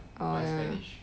oh ya